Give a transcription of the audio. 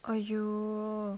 !aiyo!